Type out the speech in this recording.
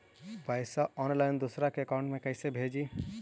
पैसा ऑनलाइन दूसरा के अकाउंट में कैसे भेजी?